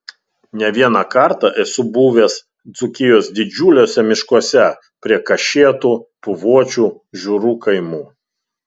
ne vieną kartą esu buvęs dzūkijos didžiuliuose miškuose prie kašėtų puvočių žiūrų kaimų